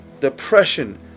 depression